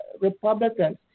Republicans